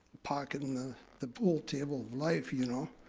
pocket in the the pool table of life, you know?